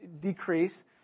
decrease